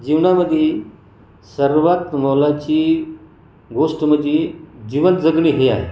जीवनामधे सर्वांत मोलाची गोष्ट म्हणजे जीवन जगणे हे आहे